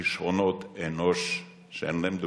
בכשרונות אנוש שאין להם דוגמה.